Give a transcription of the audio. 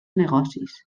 negocis